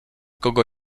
kogo